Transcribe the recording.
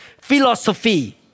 Philosophy